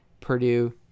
Purdue